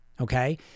okay